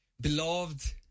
beloved